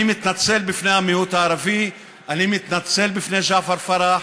בפני המיעוט הערבי: אני מתנצל בפני ג'עפר פרח,